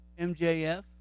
MJF